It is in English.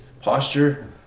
posture